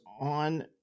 on